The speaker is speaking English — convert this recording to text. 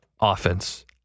offense